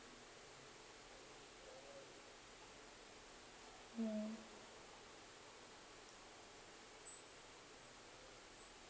mm